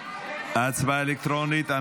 הצבעה אלקטרונית.